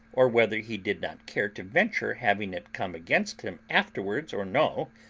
or whether he did not care to venture having it come against him afterwards or no,